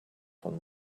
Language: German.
von